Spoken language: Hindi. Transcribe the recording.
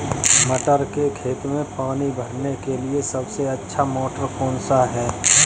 मटर के खेत में पानी भरने के लिए सबसे अच्छा मोटर कौन सा है?